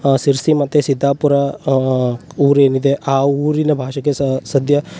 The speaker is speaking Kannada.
ಶಿರ್ಸಿ ಮತ್ತು ಸಿದ್ದಾಪುರ ಊರು ಏನಿದೆ ಆ ಊರಿನ ಭಾಷೆಗೆ ಸದ್ಯ